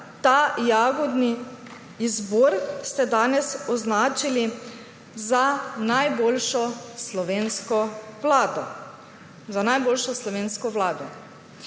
ta jagodni zbor ste danes označili za najboljšo slovensko vlado.